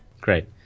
great